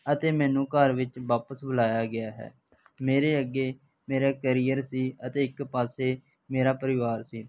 ਅਤੇ ਮੈਨੂੰ ਘਰ ਵਿੱਚ ਵਾਪਿਸ ਬੁਲਾਇਆ ਗਿਆ ਹੈ ਮੇਰੇ ਅੱਗੇ ਮੇਰਾ ਕਰੀਅਰ ਸੀ ਅਤੇ ਇੱਕ ਪਾਸੇ ਮੇਰਾ ਪਰਿਵਾਰ ਸੀ